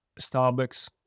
Starbucks